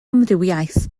amrywiaeth